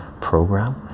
program